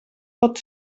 tot